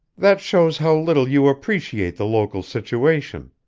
that shows how little you appreciate the local situation,